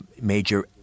Major